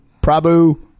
Prabhu